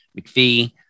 McPhee